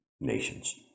nations